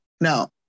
Now